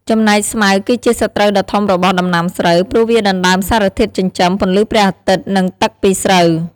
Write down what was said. ចំណែកស្មៅគឺជាសត្រូវដ៏ធំរបស់ដំណាំស្រូវ ព្រោះវាដណ្ដើមសារធាតុចិញ្ចឹម ពន្លឺព្រះអាទិត្យ និងទឹកពីស្រូវ។